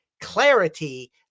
clarity